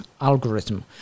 algorithm